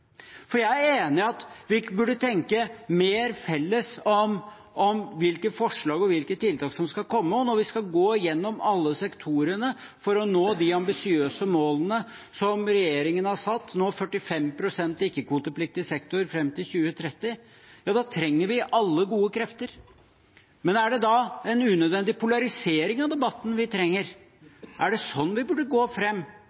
Jeg er enig i at vi burde tenke mer felles om hvilke forslag og hvilke tiltak som skal komme, og når vi skal gå gjennom alle sektorene for å nå de ambisiøse målene som regjeringen har satt – nå 45 pst. i ikke-kvotepliktig sektor fram til 2030 – da trenger vi alle gode krefter. Men er det da en unødvendig polarisering av debatten vi